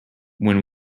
when